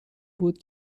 بود